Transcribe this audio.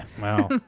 Wow